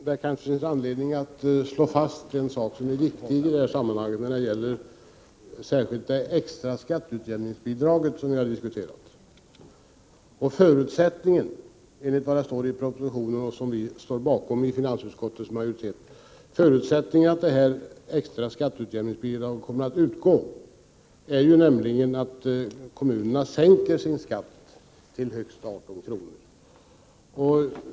Herr talman! Det finns kanske anledning att slå fast en sak som är viktig i det här sammanhanget och som gäller det extra skatteutjämningsbidraget, som vi har diskuterat. Förutsättningen, står det i propositionen — och det står vi bakom i finansutskottets majoritet — för att det extra skatteutjämningsbidraget skall utgå är att kommunerna sänker sin skatt till högst 18 kr.